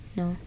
no